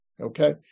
Okay